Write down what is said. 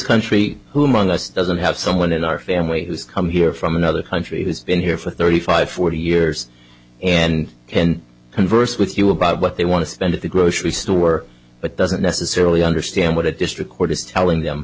country who among us doesn't have someone in our family who's come here from another country who's been here for thirty five forty years and can converse with you about what they want to spend at the grocery store but doesn't necessarily understand what the district court is telling them